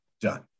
done